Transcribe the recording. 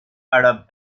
arab